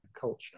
culture